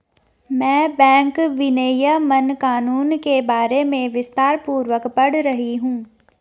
मैं बैंक विनियमन कानून के बारे में विस्तारपूर्वक पढ़ रहा हूं